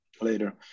later